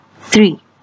three